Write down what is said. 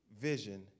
vision